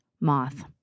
moth